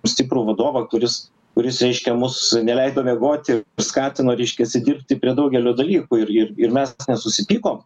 stiprų vadovą kuris kuris reiškia mus neleido miegoti skatino reiškiasi dirbti prie daugelio dalykų ir ir ir mes nesusipykom